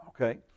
okay